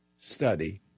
study